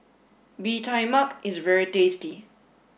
Bee Tai Mak is very tasty